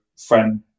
Friend